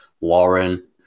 lauren